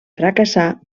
fracassar